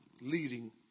leading